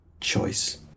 choice